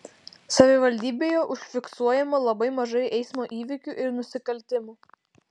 savivaldybėje užfiksuojama labai mažai eismo įvykių ir nusikaltimų